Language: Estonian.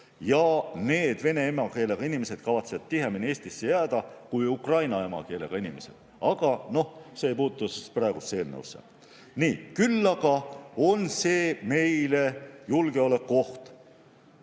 ja need vene emakeelega inimesed kavatsevad tihemini Eestisse jääda kui ukraina emakeelega inimesed. Aga noh, see ei puutu praegusesse eelnõusse. Küll aga on see meile julgeolekuoht.